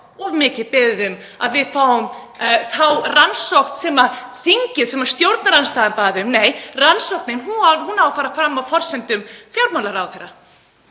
of mikið beðið að fá þá rannsókn sem þingið og stjórnarandstaðan bað um. Nei, rannsóknin á að fara fram á forsendum fjármálaráðherra.